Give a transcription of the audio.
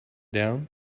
down